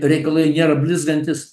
reikalai nėra blizgantys